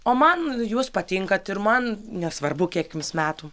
o man jūs patinkat ir man nesvarbu kiek jums metų